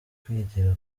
kwigira